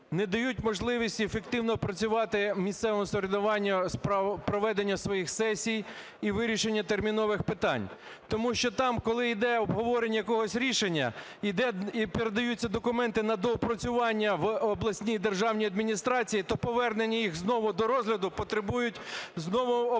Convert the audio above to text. не дають можливість ефективно працювати місцевому самоврядуванню з проведення своїх сесій і вирішення термінових питань. Тому що там, коли йде обговорення якогось рішення і передаються документи на доопрацювання в обласні державні адміністрації, то повернення їх знову до розгляду потребують знову оприлюднення.